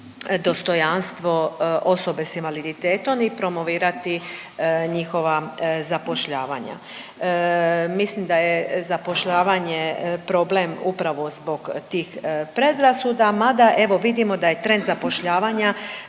dostojanstvo osobe s invaliditetom i promovirati njihova zapošljavanja. Mislim da je zapošljavanje problem upravo zbog tih predrasuda, mada evo vidimo da je trend zapošljavanja